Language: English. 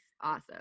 awesome